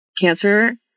cancer